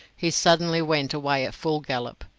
he suddenly went away at full gallop.